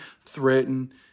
threaten